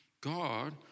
God